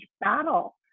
battle